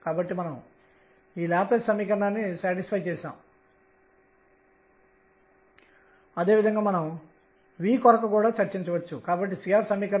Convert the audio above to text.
కాబట్టి దీనిని kℏ అని పిలుద్దాం k అనేది 1 2 3 మొదలైన వాటికి సమానం